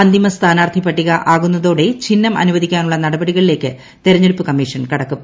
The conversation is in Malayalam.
അന്തിമ സ്ഥാനാർത്ഥി പട്ടിക ആകുന്നതോടെ ചിഹ്നം അനുവദിക്കാനുള്ള നടപടികളിലേക്ക് തെരഞ്ഞെടുപ്പ് കമ്മീഷൻ കടക്കും